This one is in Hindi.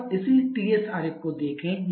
बस इसी Ts आरेख को देखें